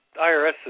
IRS